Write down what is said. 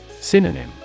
Synonym